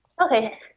Okay